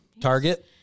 target